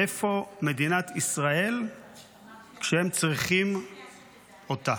איפה מדינת ישראל כשהם צריכים אותה?